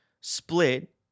split